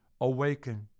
awaken